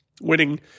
winning